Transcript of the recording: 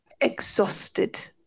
Exhausted